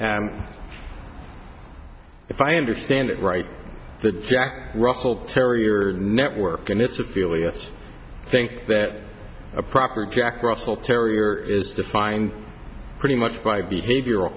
and if i understand it right the jack russell terrier network and its affiliates think that a proper jack russell terrier is defined pretty much by behavioral